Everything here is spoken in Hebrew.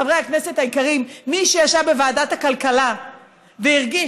חברי הכנסת היקרים, מי שישב בוועדת הכלכלה והרגיש